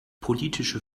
politische